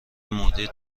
مدیر